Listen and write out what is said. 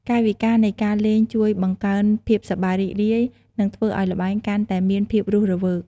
កាយវិការនៃការលេងជួយបង្កើនភាពសប្បាយរីករាយ និងធ្វើឱ្យល្បែងកាន់តែមានភាពរស់រវើក។